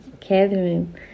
Catherine